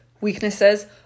weaknesses